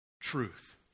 truth